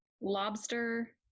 Lobster